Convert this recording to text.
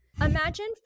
Imagine